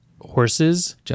horses